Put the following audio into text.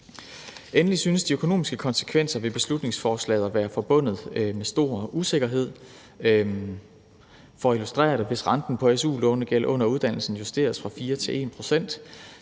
Endelig synes de økonomiske konsekvenser ved beslutningsforslaget at være forbundet med stor usikkerhed. For at illustrere det vil jeg sige: Hvis renten på su-lånegæld under uddannelsen justeres fra 4 til 1 pct.,